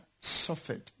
suffered